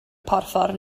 porffor